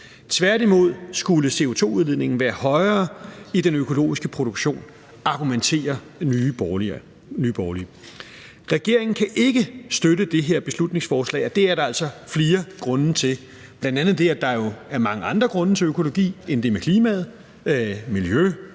Tværtimod skulle CO2-udledningen være højere i den økologiske produktion, argumenterer Nye Borgerlige. Regeringen kan ikke støtte det her beslutningsforslag, og det er der altså flere grunde til, bl.a. det, at der jo er mange andre grunde til økologi end det med klimaet – miljø,